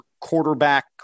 quarterback